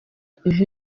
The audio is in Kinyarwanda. kumva